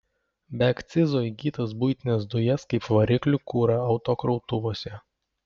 be akcizo įsigytas buitines dujas kaip variklių kurą autokrautuvuose